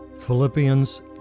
Philippians